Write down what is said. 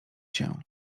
się